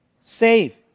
Save